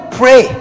pray